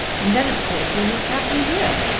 and then of course we must have them here.